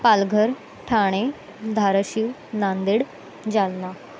Palghar Thane Dharashiv Nanded Jalna